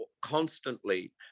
constantly